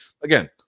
again